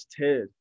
Ted